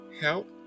help